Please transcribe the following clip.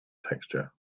texture